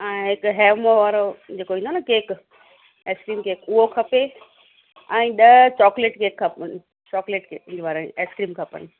ऐं हिक हैवमोर वारो जे को ईंदो आहे न केक आइसक्रीम केक उहो खपे ऐं ॾह चॉकलेट केक खपनि चॉकलेट केक हीअ वारा आइसक्रीम खपनि